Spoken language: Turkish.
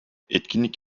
etkinlik